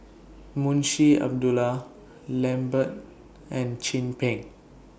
Munshi Abdullah Lambert and Chin Peng